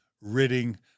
Ridding